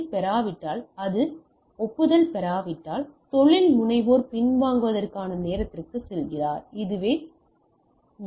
S பெறப்படாவிட்டால் அல்லது ஒப்புதல் பெறப்படாவிட்டால் தொழில்முனைவோர் பின்வாங்குவதற்கான நேரத்திற்குச் செல்கிறார் எனவே இது இயங்குகிறது